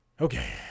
Okay